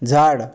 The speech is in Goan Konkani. झाड